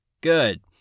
Good